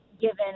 given